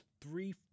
three